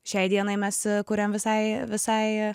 šiai dienai mes kuriam visai visai